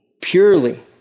purely